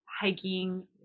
hiking